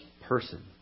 person